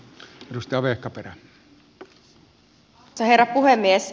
arvoisa herra puhemies